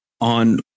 on